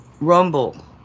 Rumble